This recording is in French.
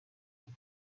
sous